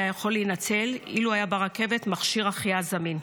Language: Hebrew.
יכול להינצל אילו היה ברכבת מכשיר החייאה זמין.